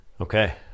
Okay